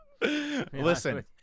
Listen